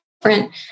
different